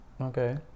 Okay